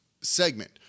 segment